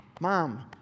mom